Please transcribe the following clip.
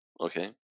okay